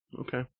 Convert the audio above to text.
okay